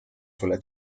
sulle